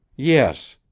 yes.